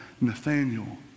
Nathaniel